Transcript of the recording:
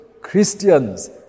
Christians